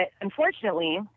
unfortunately